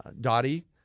Dottie